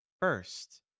first